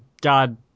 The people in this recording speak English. God